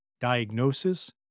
diagnosis